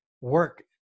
work